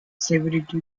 severity